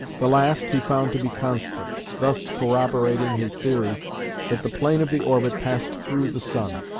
the last he found to be constant, thus corroborating his theory that the plane of the orbit passed through the sun.